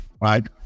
right